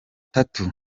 tatu